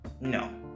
no